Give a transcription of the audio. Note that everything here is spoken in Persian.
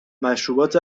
مشروبات